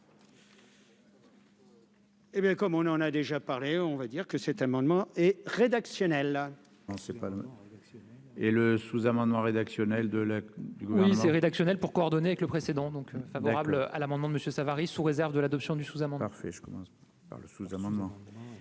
Eh bien, comme on en a déjà parlé, on va dire que cet amendement est rédactionnel. Non, c'est pas le moment. Et le sous-amendement rédactionnel de. Oui c'est rédactionnelle pour coordonner avec le précédent, donc favorable à l'amendement de Monsieur Savary, sous réserve de l'adoption du sous-amendement. C'est, je commence par le sous-amendement